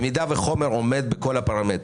אם חומר עומד בכולם,